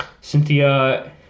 Cynthia